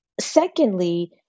secondly